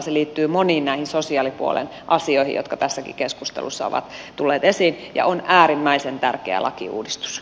se liittyy moniin sosiaalipuolen asioihin jotka tässäkin keskustelussa ovat tulleet esiin ja on äärimmäisen tärkeä lakiuudistus